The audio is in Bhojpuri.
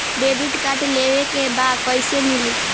डेबिट कार्ड लेवे के बा कईसे मिली?